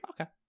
Okay